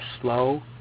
slow